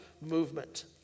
movement